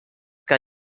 que